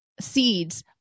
seeds